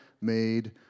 made